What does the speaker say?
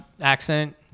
accent